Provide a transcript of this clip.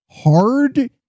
hard